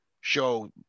show